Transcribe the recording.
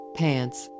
pants